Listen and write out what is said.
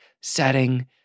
setting